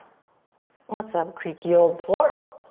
what's up creeky old floor?